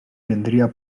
prendria